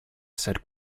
said